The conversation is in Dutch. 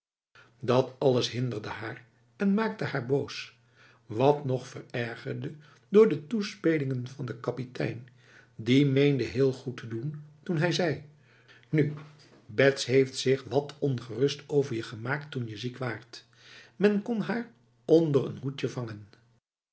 dat alles hinderde haar en maakte haar boos wat nog verergerde door de toespelingen van de kapitein die meende heel goed te doen toen hij zei nu bets heeft zich wat ongerust over je gemaakt toen je ziek waart men kon haar onder een hoedje vangen'j